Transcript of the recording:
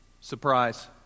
Surprise